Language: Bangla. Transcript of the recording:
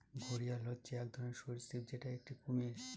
ঘড়িয়াল হচ্ছে এক ধরনের সরীসৃপ যেটা একটি কুমির